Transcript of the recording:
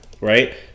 right